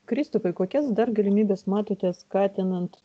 kristupai kokias dar galimybes matote skatinant